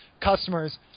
customers